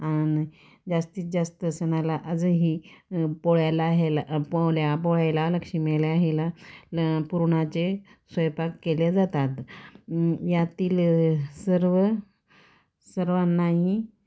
आणि जास्तीत जास्त सणाला आजही पोळ्याला ह्याला पोळ्या पोळ्याला लक्ष्मीला ह्याला ल पुरणाचे स्वयंपाक केले जातात यातील सर्व सर्वांनाही